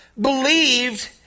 believed